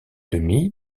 demi